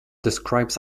describes